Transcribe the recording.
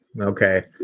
Okay